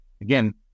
again